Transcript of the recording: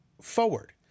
forward